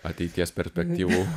ateities perspektyvų